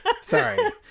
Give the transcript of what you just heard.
Sorry